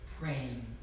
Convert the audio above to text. praying